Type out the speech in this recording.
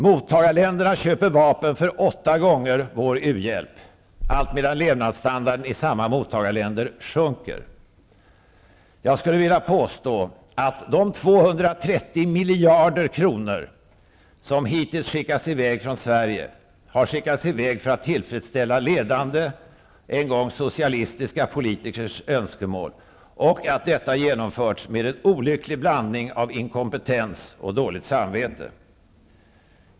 Mottagarländerna köper vapen för åtta gånger vår u-hjälp, allt medan levnadsstandarden i samma mottagarländer sjunker. Jag påstår att de 230 miljarder kronor som hittills skickats i väg från Sverige, har skickats i väg för att tillfredsställa ledande, en gång socialistiska, politikers önskemål. Detta har genomförts med hjälp av en olycklig blandning av inkompetens och dåligt samvete.